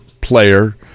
player